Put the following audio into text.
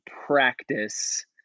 practice